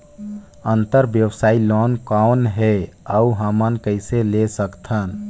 अंतरव्यवसायी लोन कौन हे? अउ हमन कइसे ले सकथन?